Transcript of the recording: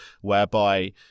whereby